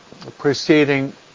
preceding